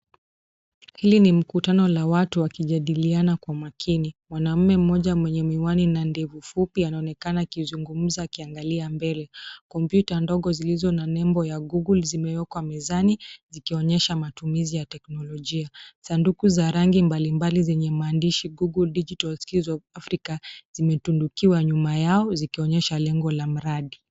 Hili ni mkutano la watu wakijadiliana kwa makini. Mwanaume mmoja mwenye miwani na ndevu fupi anaonekana akizungumza akiangalia mbele. Kompyuta ndogo zilizo na nembo ya Google zimewekwa mezani ikionyesha matumizi ya teknolojia. Sanduku za rangi mbalimbali zenye maandishi Google Digital Skills Of Africa zimetundukiwa nyuma yao zikionyesha lengo la mradi.